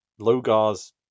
Logar's